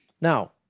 Now